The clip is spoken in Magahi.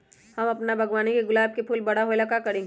हम अपना बागवानी के गुलाब के फूल बारा होय ला का करी?